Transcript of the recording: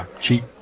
Cheap